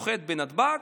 נוחת בנתב"ג,